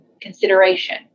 consideration